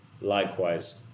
Likewise